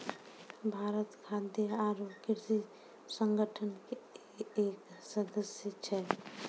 भारत खाद्य आरो कृषि संगठन के एक सदस्य छै